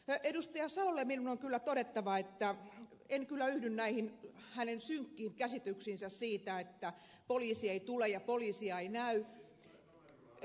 mauri salolle minun on kyllä todettava että en kyllä yhdy näihin hänen synkkiin käsityksiinsä siitä että poliisi ei tule ja poliisia ei näy